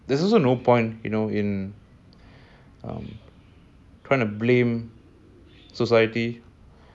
there's just no point you know in um trying to blame society